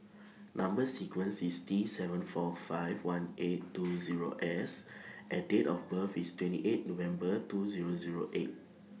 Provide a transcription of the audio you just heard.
Number sequence IS T seven four five one eight two Zero S and Date of birth IS twenty eight November two Zero Zero eight